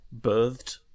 birthed